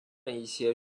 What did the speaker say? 一些